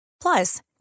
Plus